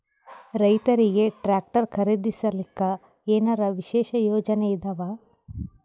ರೈತರಿಗೆ ಟ್ರಾಕ್ಟರ್ ಖರೀದಿಸಲಿಕ್ಕ ಏನರ ವಿಶೇಷ ಯೋಜನೆ ಇದಾವ?